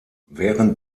während